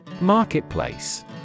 Marketplace